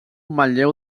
manlleu